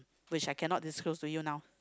which I cannot disclose to you now